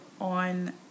on